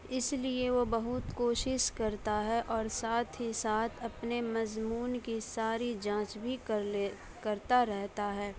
اس لیے وہ بہت کوشش کرتا ہے اور ساتھ ہی ساتھ اپنے مضمون کی ساری جانچ کر لے کرتا رہتا ہے